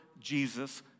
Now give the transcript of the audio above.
Jesus